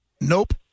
Nope